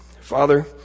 Father